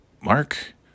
Mark